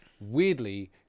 weirdly